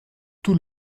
tout